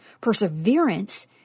Perseverance